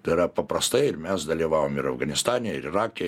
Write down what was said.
tai yra paprastai ir mes dalyvavom ir afganistane ir irake